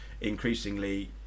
increasingly